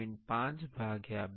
5 2 23